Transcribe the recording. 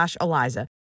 Eliza